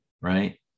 right